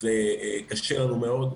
זה קשה לנו מאד.